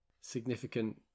significant